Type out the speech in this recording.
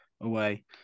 away